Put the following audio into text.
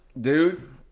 Dude